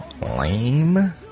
lame